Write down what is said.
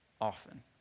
often